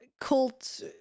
cult